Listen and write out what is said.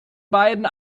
beiden